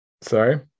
Sorry